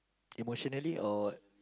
emotionally or